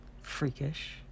freakish